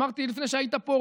אמרתי לפני שהיית פה,